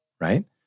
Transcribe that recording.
right